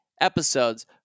episodes